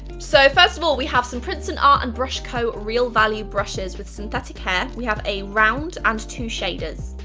so first of all, we have some princeton art and brush co. real value brushes with synthetic hair. we have a round and two shaders.